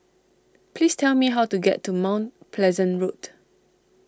please tell me how to get to Mount Pleasant Road